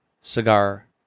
cigar